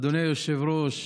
אדוני היושב-ראש,